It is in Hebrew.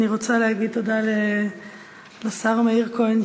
אני רוצה להגיד תודה לשר מאיר כהן,